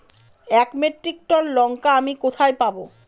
এক metric ton লঙ্কা আমি কোথায় পাবো?